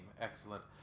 excellent